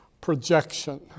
projection